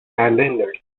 islanders